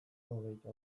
hogeita